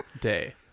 Day